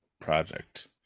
project